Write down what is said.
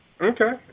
Okay